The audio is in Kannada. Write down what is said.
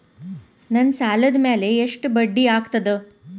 ನನ್ನ ಸಾಲದ್ ಮ್ಯಾಲೆ ಎಷ್ಟ ಬಡ್ಡಿ ಆಗ್ತದ?